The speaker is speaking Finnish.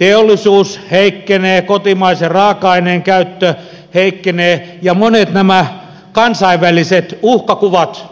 elintarviketeollisuus heikkenee kotimaisen raaka aineen käyttö heikkenee ja monet nämä kansainväliset uhkakuvat